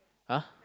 !huh!